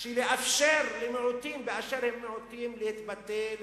של לאפשר למיעוטים באשר הם מיעוטים להתבטא,